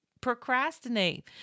procrastinate